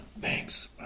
thanks